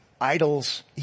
idols